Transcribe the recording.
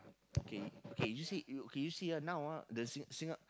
K K you see you K you see ah now ah the Sing~ Singa~